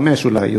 חמישה אולי,